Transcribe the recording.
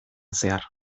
zehar